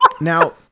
now